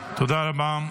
תודה רבה.